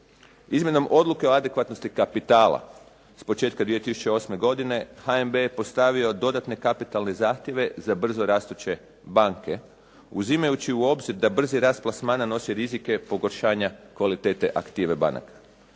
Izmjenom odluke o adekvatnosti kapitala s početka 2008. godine, HNB je postavio dodatne kapitalne zahtjeve za brzorastuće banke. Uzimajući u obzir da brzi rast plasmana nosi rizike pogoršanja kvalitete aktive banaka.